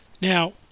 Now